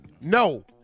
No